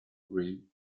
green